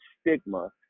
stigma